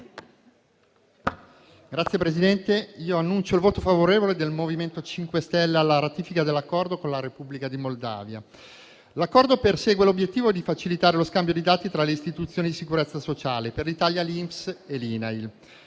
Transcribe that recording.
Signora Presidente, annuncio il voto favorevole del MoVimento 5 Stelle alla ratifica dell'Accordo con la Repubblica di Moldavia. L'Accordo persegue l'obiettivo di facilitare lo scambio di dati tra le istituzioni di sicurezza sociale, per l'Italia l'INPS e l'INAIL.